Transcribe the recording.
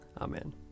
Amen